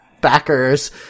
backers